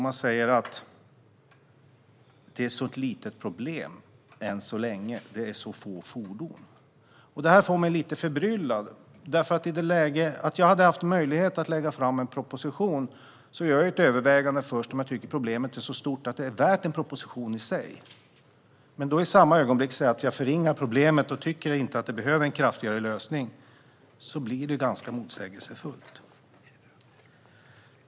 Den säger att det än så länge är ett så litet problem och så få fordon. Det gör mig lite förbryllad. I det läge jag hade möjlighet att lägga fram en proposition gör jag först ett övervägande om jag tycker att problemet är så stort att det är värt en proposition i sig. Om jag i samma ögonblick förringar problemet och inte tycker att det behövs en kraftigare lösning blir det ganska motsägelsefullt.